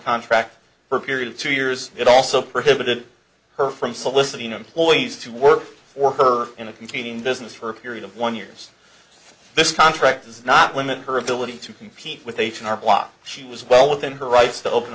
contract for a period of two years it also prohibited her from soliciting employees to work for her in a competing business for a period of one years this contract does not limit her ability to compete with h and r block she was well within her rights to open